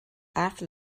after